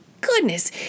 goodness